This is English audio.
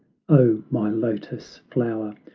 o, my lotus flower,